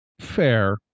Fair